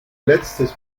letztes